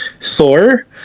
Thor